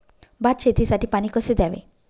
भात शेतीसाठी पाणी कसे द्यावे?